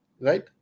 Right